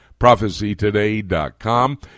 prophecytoday.com